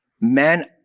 man